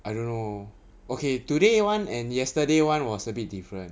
I don't know okay today one and yesterday one was a bit different